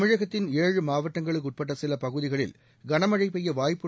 தமிழகத்தின் ஏழு மாவட்டங்களுக்கு உட்பட்ட சில பகுதிகளில் கனமழை பெய்ய வாய்ப்பு